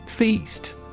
Feast